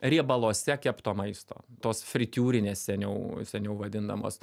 riebaluose kepto maisto tos fritiūrinės seniau seniau vadinamos